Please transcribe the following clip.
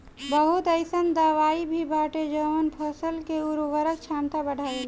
बहुत अईसन दवाई भी बाटे जवन फसल के उर्वरक क्षमता बढ़ावेला